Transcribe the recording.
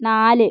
നാല്